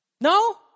No